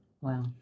Wow